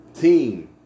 team